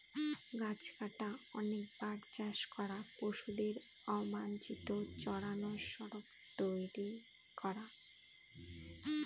গাছ কাটা, অনেকবার চাষ করা, পশুদের অবাঞ্চিত চড়ানো, সড়ক তৈরী করা